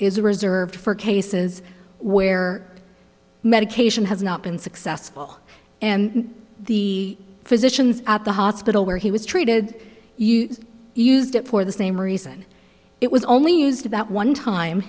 is reserved for cases where medication has not been successful and the physicians at the hospital where he was treated used it for the same reason it was only used about one time